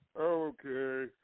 Okay